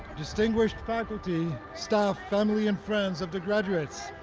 distinguished faculty, staff, family, and friends of the graduates,